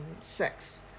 sex